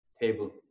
table